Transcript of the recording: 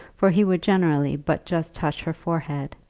for he would generally but just touch her forehead,